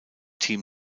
team